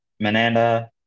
Mananda